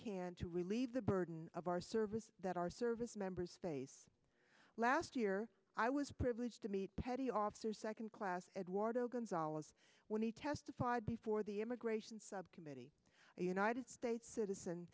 can to relieve the burden of our service that our service members face last year i was privileged to meet petty officer second class eduardo gonzalez when he testified before the immigration subcommittee a united states citizen